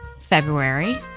February